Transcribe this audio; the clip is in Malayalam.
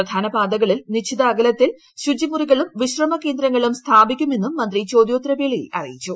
പ്രധാന പാതകളിൽ നിശ്ചിത അകലത്തിൽ ശുചിമുറികളും വിശ്രമകേന്ദ്രങ്ങളും സ്ഥാപിക്കുമെന്നും മന്ത്രി ചോദ്യോത്തരവേളയിൽ അറിയിച്ചു